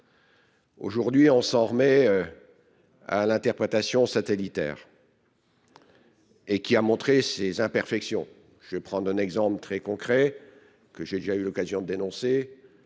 Aujourd’hui, on s’en remet à l’interprétation satellitaire, qui a montré ses imperfections. J’en veux pour preuve un exemple très concret, que j’ai déjà eu l’occasion de citer